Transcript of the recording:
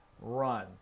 run